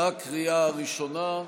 בקריאה הראשונה.